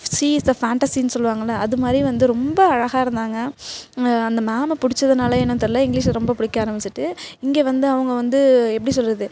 C is the ஃபேண்டஸின்னு சொல்லுவங்களே அது மாதிரி வந்து ரொம்ப அழகாக இருந்தாங்க அந்த மேம்மை பிடிச்சதனாலையோ என்னென்னு தெரியலை இங்கிலீஷை ரொம்ப பிடிக்க ஆரம்பிச்சிட்டு இங்கே வந்து அவங்க வந்து எப்படி சொல்லுறது